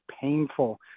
painful